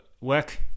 work